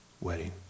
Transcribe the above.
wedding